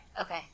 Okay